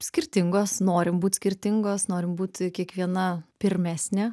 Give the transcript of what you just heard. skirtingos norim būt skirtingos norim būt kiekviena pirmesnė